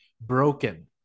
broken